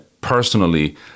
personally